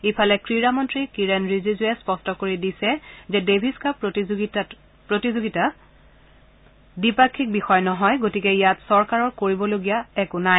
ইফালে ক্ৰীড়া মন্ত্ৰী কিৰেণ ৰিজিজুৱে স্পষ্ট কৰি দিছে যে ডেভিছ কাপ প্ৰতিযোগিতা দ্বিপাক্ষিক বিষয় নহয় গতিকে ইয়াত চৰকাৰৰ কৰিবলগীয়া একো নাই